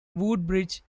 woodbridge